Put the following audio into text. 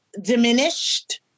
diminished